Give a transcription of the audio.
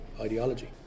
ideology